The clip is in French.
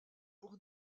pour